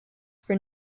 for